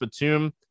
Batum